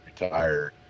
retired